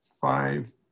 Five